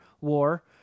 war